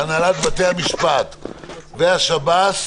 מהנהלת בתי המשפט ושב"ס.